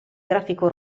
grafico